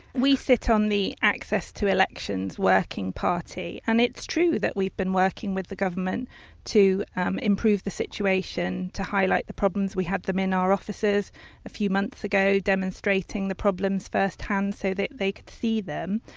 sit on the access to elections working party and it's true that we've been working with the government to um improve the situation, to highlight the problems. we had them in our offices a few months ago demonstrating the problems first hand, so that they could see them.